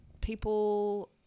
people